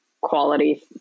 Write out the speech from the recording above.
quality